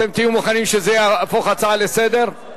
אתם תהיו מוכנים שזה יהפוך הצעה לסדר-היום?